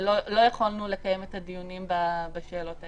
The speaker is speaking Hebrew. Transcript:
ולא יכולנו לקיים את הדיונים בשאלות האלה.